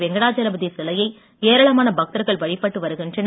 வெங்கடாஜலபதி சிலையை ஏராளமான பக்தர்கள் வழிபட்டு வருகின்றனர்